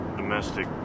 domestic